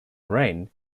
lorraine